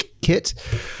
kit